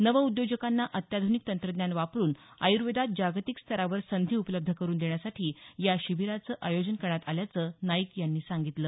नवउद्योजकांना अत्याध्निक तंत्रज्ञान वापरून आयुर्वेदात जागतिक स्तरावर संधी उपलब्ध करून देण्यासाठी या शिबिराचं आयोजन करण्यात आल्याचं नाईक यांनी सांगितलं